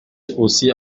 aussi